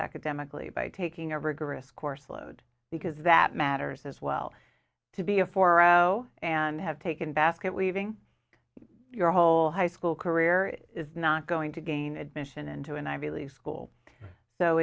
academically by taking a rigorous course load because that matters as well to be a four zero zero and have taken basket weaving your whole high school career is not going to gain admission into an ivy league school